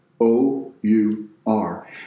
O-U-R